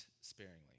sparingly